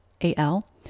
A-L